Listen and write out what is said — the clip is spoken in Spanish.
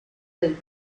del